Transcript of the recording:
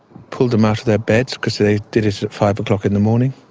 pulled them out of their beds, because they did it at five o'clock in the morning,